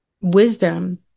wisdom